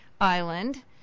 island